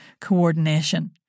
coordination